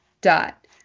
dot